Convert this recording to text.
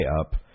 up